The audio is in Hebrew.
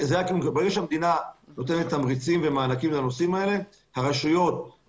ברגע שהמדינה נותנת תמריצים ומענקים לנושאים האלה כלל